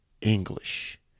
English